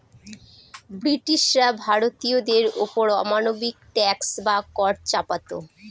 ব্রিটিশরা ভারতীয়দের ওপর অমানবিক ট্যাক্স বা কর চাপাতো